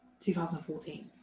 2014